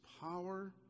power